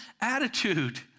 attitude